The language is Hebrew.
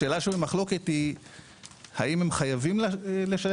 השאלה שבמחלוקת האם הם חייבים לשלם